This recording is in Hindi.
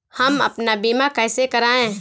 हम अपना बीमा कैसे कराए?